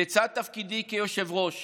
לצד תפקידי כיושב-ראש